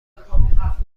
بودم